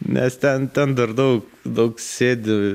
nes ten ten dar daug daug sėdi